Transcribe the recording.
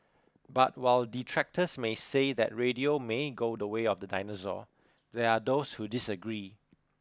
but while detractors may say that radio may go the way of the dinosaur there are those who disagree